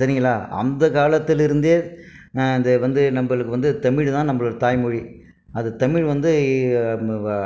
சரிங்களா அந்த காலத்திலிருந்தே இது வந்து நம்பளுக்கு வந்து தமிழ் தான் நம்மளோடய தாய்மொழி அது தமிழ் வந்து